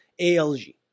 ALG